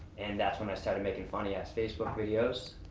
and that's when i started making funny ass facebook videos,